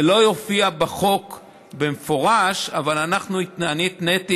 זה לא יופיע בחוק במפורש, אבל אני התניתי